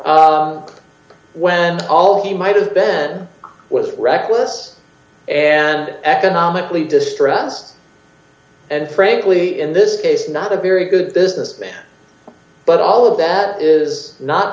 blindness when all he might have been was reckless and economically distressed and frankly in this case not a very good businessman but all of that is not